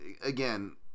again